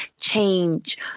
change